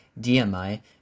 DMI